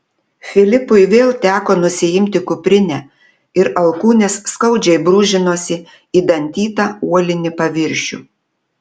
filipui vėl teko nusiimti kuprinę ir alkūnės skaudžiai brūžinosi į dantytą uolinį paviršių